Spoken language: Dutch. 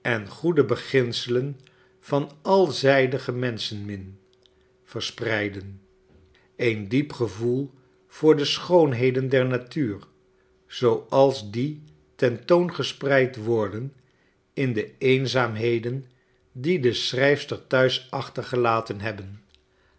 en goede beginselen van alzijdige menschenmin verspreiden een diep gevoel voor de schoonheden der natuur zooals die ten toon gespreid worden in de eenzaamheden die deschrijfstersthuisachtergelaten hebben